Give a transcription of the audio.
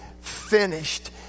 finished